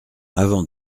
avant